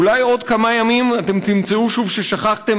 אולי עוד כמה ימים אתם תמצאו שוב ששכחתם